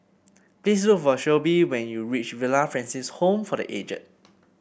please look for Shelby when you reach Villa Francis Home for The Aged